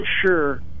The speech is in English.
sure